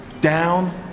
Down